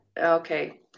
okay